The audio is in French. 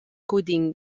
coding